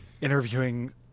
interviewing